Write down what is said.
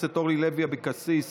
הכנסת אורלי לוי אבקסיס